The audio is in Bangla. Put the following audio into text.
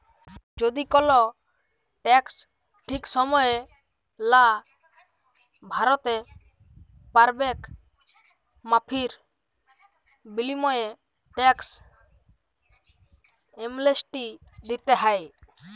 যদি কল টেকস ঠিক সময়ে লা ভ্যরতে প্যারবেক মাফীর বিলীময়ে টেকস এমলেসটি দ্যিতে হ্যয়